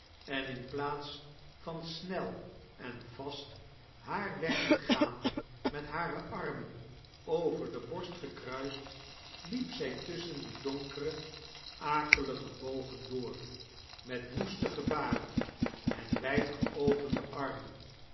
en in plaats van snel en vast haar weg te gaan met hare armen over de borst gekruist liep zy tusschen die donkere akelige bogen door met woeste gebaren en wjd geopende armen